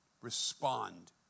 respond